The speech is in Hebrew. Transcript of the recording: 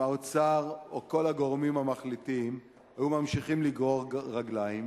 אם האוצר או כל הגורמים המחליטים היו ממשיכים לגרור רגליים.